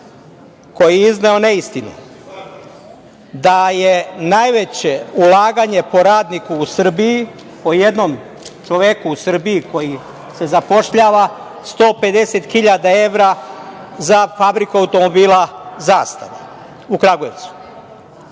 koji je izneo neistine da je najveće ulaganje po radniku u Srbiji, po jednom čoveku u Srbiji koji se zapošljava, 150 hiljada evra za fabriku automobila „Zastava“ u Kragujevcu.